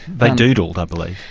they doodled, i believe.